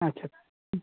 अच्छा अच्छा